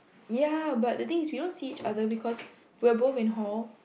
ya but the thing is we don't see each other because we are both in hall